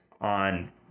on